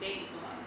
then you go ah